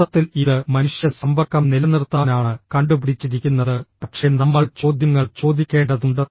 മൊത്തത്തിൽ ഇത് മനുഷ്യ സമ്പർക്കം നിലനിർത്താനാണ് കണ്ടുപിടിച്ചിരിക്കുന്നത് പക്ഷേ നമ്മൾ ചോദ്യങ്ങൾ ചോദിക്കേണ്ടതുണ്ട്